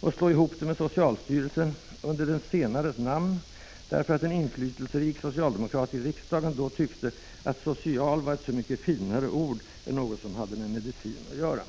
och slå ihop det med socialstyrelsen under den senares namn, därför att en inflytelserik socialdemokrat i riksdagen då tyckte att ordet social var ett så mycket finare ord än något som hade med medicin att göra.